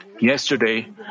Yesterday